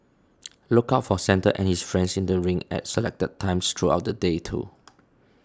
look out for Santa and his friends in the rink at selected times throughout the day too